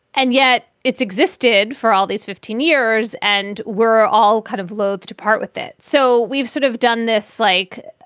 and yet it's existed for all these fifteen years and we're all kind of loathe to part with it. so we've sort of done this like